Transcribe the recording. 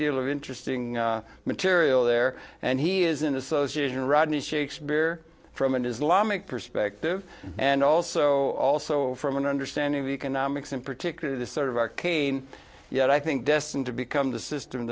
deal of interesting material there and he is an association of rodney shakespeare from an islamic perspective and also also from an understanding of economics in particular the sort of arcane yet i think destined to become the system